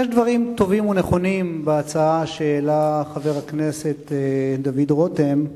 יש דברים טובים ונכונים בהצעה שהעלה חבר הכנסת דוד רותם,